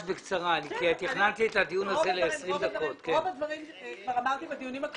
את רוב הדברים כבר אמרתי בדיונים הקודמים.